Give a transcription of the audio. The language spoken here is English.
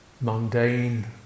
mundane